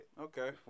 Okay